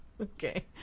Okay